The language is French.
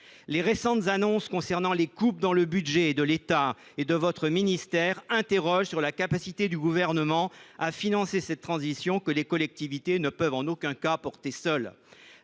Les récentes annonces de coupes dans le budget de l’État et de votre ministère mettent en cause la capacité du Gouvernement à financer une transition que les collectivités ne peuvent en aucun cas supporter seules.